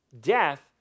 death